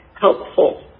helpful